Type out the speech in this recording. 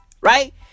Right